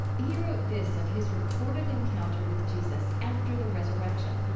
he wrote this of his reported encounter with jesus after the resurrection